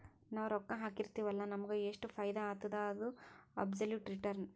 ನಾವ್ ರೊಕ್ಕಾ ಹಾಕಿರ್ತಿವ್ ಅಲ್ಲ ನಮುಗ್ ಎಷ್ಟ ಫೈದಾ ಆತ್ತುದ ಅದು ಅಬ್ಸೊಲುಟ್ ರಿಟರ್ನ್